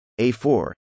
A4